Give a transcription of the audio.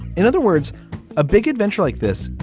in other words a big adventure like this.